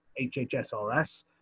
HHSRS